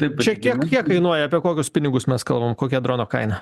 taipčia kiek kiek kainuoja apie kokius pinigus mes kalbam kokia drono kaina